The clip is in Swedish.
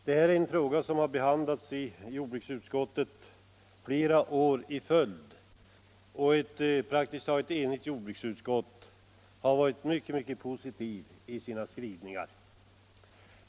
Detta är en fråga som har behandlats i jordbruksutskottet flera år i följd, och ett praktiskt taget enigt jordbruksutskott har varit mycket positivt i sina skrivningar.